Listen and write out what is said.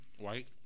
white